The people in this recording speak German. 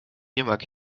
markieren